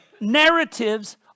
narratives